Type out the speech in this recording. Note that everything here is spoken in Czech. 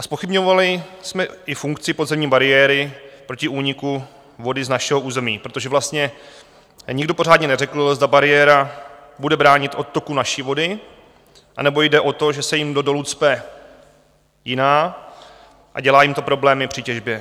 Zpochybňovali jsme i funkci podzemní bariéry proti úniku vody z našeho území, protože vlastně nikdo pořádně neřekl, zda bariéra bude bránit odtoku naší vody, anebo jde o to, že se jim do dolu cpe jiná a dělá jim to problémy při těžbě.